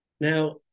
Now